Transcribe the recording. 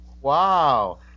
Wow